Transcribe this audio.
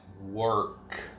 work